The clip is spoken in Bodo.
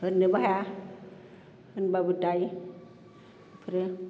होननोबो हाया होनब्लाबो दाय इफोरो